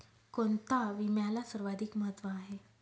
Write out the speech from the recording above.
कोणता विम्याला सर्वाधिक महत्व आहे?